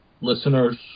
listeners